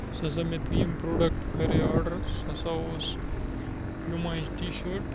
یُس ہَسا مےٚ دۄیِم پرٛوڈَکٹ کَرے آڈر سُہ ہَسا اوس پیوٗماہِچ ٹی شٲٹ